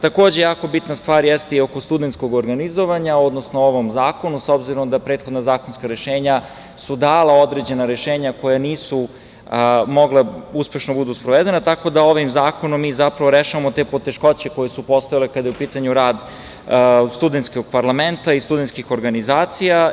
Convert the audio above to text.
Takođe, jako bitna stvar jeste i oko studentskog organizovanja, odnosno ovom zakonu, s obzirom da prethodna zakonska rešenja su dala određena rešenja koja nisu mogla uspešno da budu sprovedena, tako da ovim zakonom mi rešavamo te poteškoće koje su postojale kada je u pitanju rad studentskog parlamenta i studentskih organizacija.